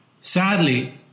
Sadly